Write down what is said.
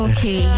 Okay